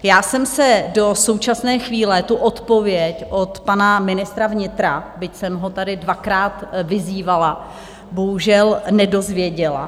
Já jsem se do současné chvíle tu odpověď od pana ministra vnitra, byť jsem ho tady dvakrát vyzývala, bohužel nedozvěděla.